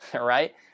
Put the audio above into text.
right